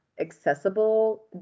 accessible